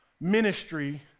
ministry